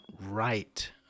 right